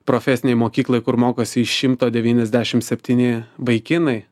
profesinėj mokykloj kur mokosi iš šimto devyniasdešimt septyni vaikinai